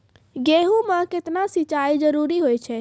गेहूँ म केतना सिंचाई जरूरी होय छै?